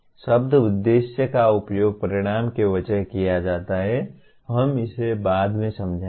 शब्द उद्देश्य का उपयोग परिणाम के बजाय किया जाता है हम इसे बाद में समझाएंगे